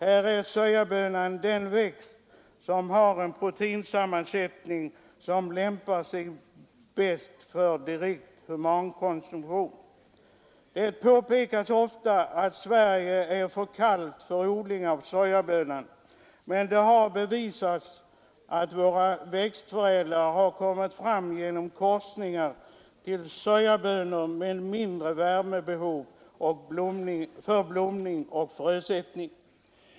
Här är sojabönan den växt vars proteinsammansättning lämpar sig bäst för direkt humankonsumtion. Det påpekas ofta att Sverige är för kallt för odling av sojabönan, men våra växtförädlare har genom korsningar bevisat att det är möjligt att få fram sojabönor med mindre värmebehov för blom ning och frösättning.